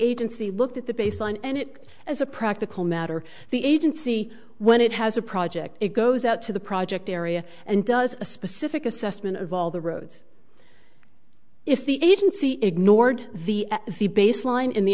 agency looked at the baseline and it as a practical matter the agency when it has a project it goes out to the project area and does a specific assessment of all the roads if the agency ignored the baseline in the